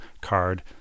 card